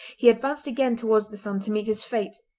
he advanced again towards the sand to meet his fate.